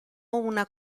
una